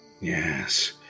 Yes